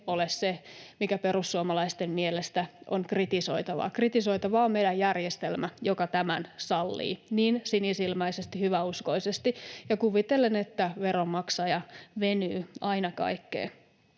ole se, mikä perussuomalaisten mielestä on kritisoitavaa. Kritisoitavaa on meidän järjestelmä, joka tämän sallii niin sinisilmäisesti, hyväuskoisesti ja kuvitellen, että veronmaksaja venyy aina kaikkeen.